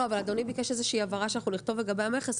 אבל אדוני ביקש איזו שהיא הבהרה שאנחנו נכתוב על המכס,